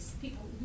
People